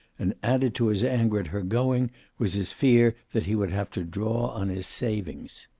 and added to his anger at her going was his fear that he would have to draw on his savings.